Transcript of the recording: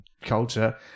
culture